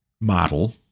model